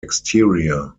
exterior